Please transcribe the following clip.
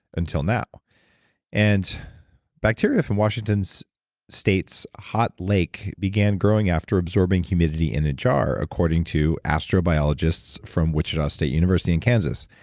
until now and bacteria from washington so state's hot lake began growing after observing humidity in a jar, according to astrobiologists from wichita state university in kansas.